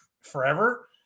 forever